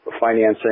financing